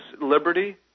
Liberty